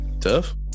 Tough